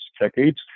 decades